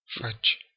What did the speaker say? French